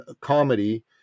Comedy